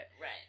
Right